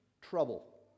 trouble